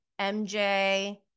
MJ